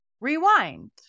Rewind